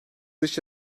dış